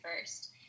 first